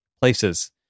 places